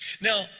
Now